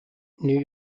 new